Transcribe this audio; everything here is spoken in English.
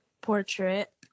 portrait